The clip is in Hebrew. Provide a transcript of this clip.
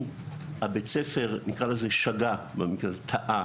אם הבית הספר שגה, נקרא לזה כך, או במקרה הזה טעה.